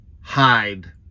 hide